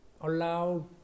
allow